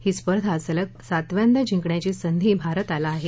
ही स्पर्धा सलग सातव्यांदा जिंकण्याची संधी भारताला आहे